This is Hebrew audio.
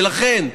ולכן,